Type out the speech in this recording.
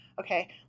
Okay